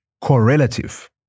correlative